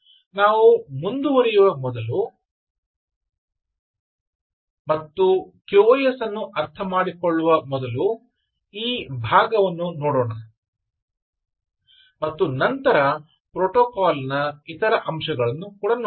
ನಾವು ಮುಂದುವರಿಯುವ ಮೊದಲು ಮತ್ತು QoS ಅನ್ನು ಅರ್ಥಮಾಡಿಕೊಳ್ಳುವ ಮೊದಲು ಈ ಭಾಗವನ್ನು ನೋಡೋಣ ಮತ್ತು ನಂತರ ಪ್ರೋಟೋಕಾಲ್ನ ಇತರ ಅಂಶಗಳನ್ನು ನೋಡೋಣ